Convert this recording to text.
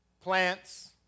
plants